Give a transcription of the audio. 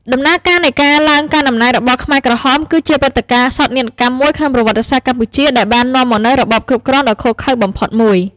ដំណើរការនៃការឡើងកាន់អំណាចរបស់ខ្មែរក្រហមគឺជាព្រឹត្តិការណ៍សោកនាដកម្មមួយក្នុងប្រវត្តិសាស្ត្រកម្ពុជា ដែលបាននាំមកនូវរបបគ្រប់គ្រងដ៏ឃោរឃៅបំផុតមួយ។